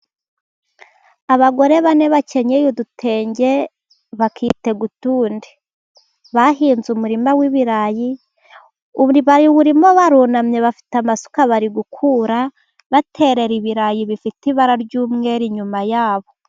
Abagore bane bakenyeye udutenge bakitega utundi. Bahinze umurima w'ibirayi, bawurimo, barunamye, bafite amasuka. bari gukura baterera ibirayi bifite ibara ry'umweru, inyuma ya bo.